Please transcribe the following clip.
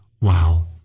wow